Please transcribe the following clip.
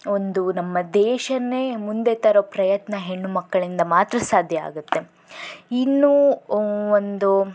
ಒಂದು ನಮ್ಮ ದೇಶಾನೆ ಮುಂದೆ ತರೋ ಪ್ರಯತ್ನ ಹೆಣ್ಣು ಮಕ್ಕಳಿಂದ ಮಾತ್ರ ಸಾಧ್ಯ ಆಗತ್ತೆ ಇನ್ನು ಒಂದು